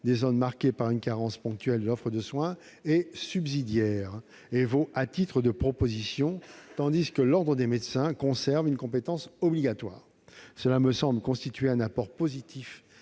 des zones marquées par une carence ponctuelle de l'offre de soins est subsidiaire et vaut à titre de proposition, tandis que l'Ordre des médecins conserve une compétence obligatoire. Cela me semble constituer un apport positif